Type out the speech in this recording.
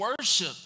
worship